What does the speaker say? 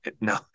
No